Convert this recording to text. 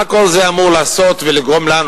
מה כל זה אמור לעשות ולגרום לנו,